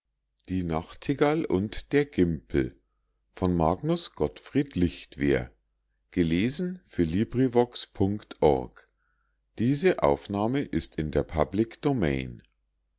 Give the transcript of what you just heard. magnus gottfried lichtwer